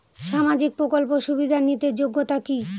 সামাজিক প্রকল্প সুবিধা নিতে যোগ্যতা কি?